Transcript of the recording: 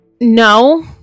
No